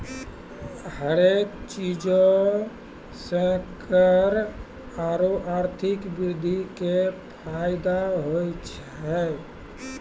हरेक चीजो से कर आरु आर्थिक वृद्धि के फायदो होय छै